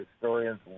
historians